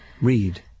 Read